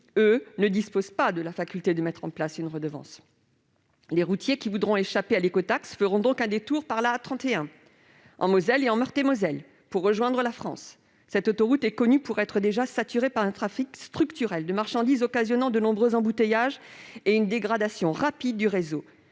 eux, ne disposent pas de la faculté de mettre en place une redevance. Les routiers qui voudront échapper à l'écotaxe feront donc un détour par l'A31, en Moselle et en Meurthe-et-Moselle, pour rejoindre la France. Cette autoroute est connue pour être déjà saturée par un trafic structurel de marchandises, occasionnant de nombreux embouteillages et une dégradation rapide du réseau